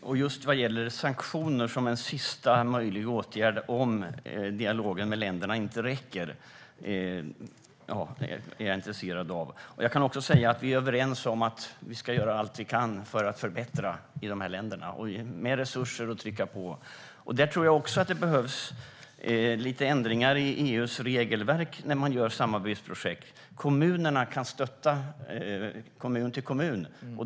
Herr talman! Jag är intresserad av just sanktioner som en sista möjlig åtgärd, om dialogen med länderna inte räcker. Vi är överens om att vi ska göra allt vi kan för att förbättra i länderna, genom resurser och genom att trycka på. Jag tror också att det behövs lite ändringar i EU:s regelverk för samarbetsprojekt. Kommunerna kan stötta, kommun till kommun.